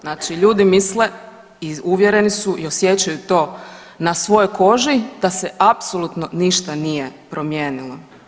Znači ljudi misle i uvjereni su i osjećaju to na svojoj koži da se apsolutno ništa nije promijenilo.